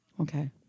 Okay